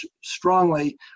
strongly